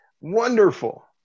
Wonderful